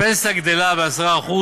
הפנסיה גדלה ב-10%